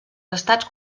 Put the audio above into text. estats